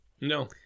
No